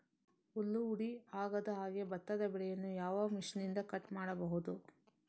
ಹುಲ್ಲು ಹುಡಿ ಆಗದಹಾಗೆ ಭತ್ತದ ಬೆಳೆಯನ್ನು ಯಾವ ಮಿಷನ್ನಿಂದ ಕಟ್ ಮಾಡಬಹುದು?